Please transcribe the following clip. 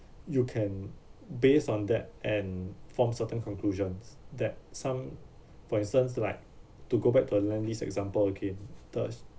you can based on that and form certain conclusions that some for instance like to go back to a lendlease example again the